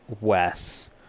Wes